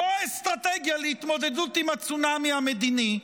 זו האסטרטגיה להתמודדות עם הצונאמי המדיני.